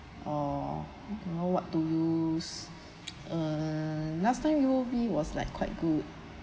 or you know what to lose uh last time U_O_B was like quite good